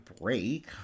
break